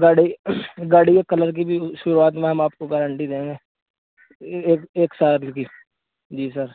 گاڑی گاڑی کے کلر کی بھی شروعات میں ہم آپ کو گارنٹی دیں گے ایک سال بھی کی جی سر